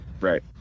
Right